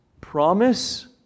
promise